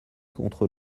contre